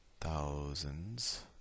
thousands